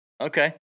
Okay